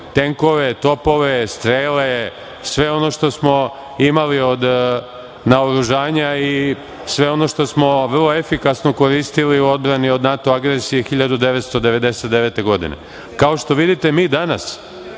tenkove, topove, strele, sve ono što smo imali od naoružanja i sve ono što smo vrlo efikasno koristili u odbrani od NATO agresije 1999. godine. Kao što vidite, mi danas